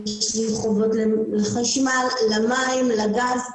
יש חובות לחשמל, למים, לגז.